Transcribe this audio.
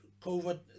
COVID